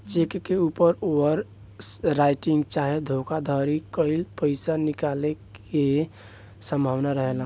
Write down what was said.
check के ऊपर overwriting चाहे धोखाधरी करके पईसा निकाले के संभावना रहेला